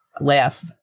laugh